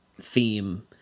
theme